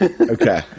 Okay